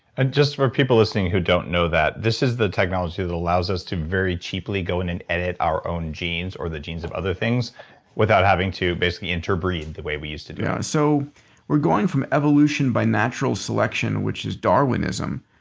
and just for people listening who don't know that. this is the technology that allows us to very cheaply go in and edit our own genes or the genes of other things without having to basically interbreed the way we used to do so we're going from evolution by natural selection, which is darwinism,